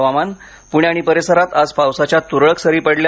हवामान पूणे आणि परिसरात आज पावसाच्या तुरळक सरी पडल्या